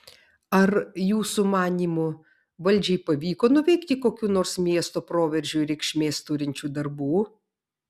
ar jūsų manymu valdžiai pavyko nuveikti kokių nors miesto proveržiui reikšmės turinčių darbų